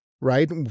right